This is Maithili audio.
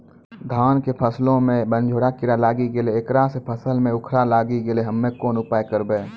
धान के फसलो मे बनझोरा कीड़ा लागी गैलै ऐकरा से फसल मे उखरा लागी गैलै हम्मे कोन उपाय करबै?